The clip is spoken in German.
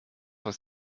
was